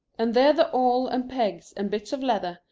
and there the awl and pegs and bits of leather,